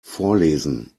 vorlesen